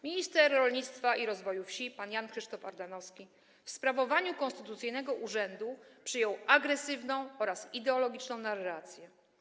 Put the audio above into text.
Minister rolnictwa i rozwoju wsi pan Jan Krzysztof Ardanowski w sprawowaniu konstytucyjnego urzędu przyjął agresywną oraz ideologiczną narrację.